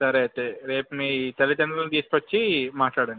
సరే అయితే రేపు మీ తల్లిదండ్రులను తీసుకుని వచ్చి మాట్లాడండి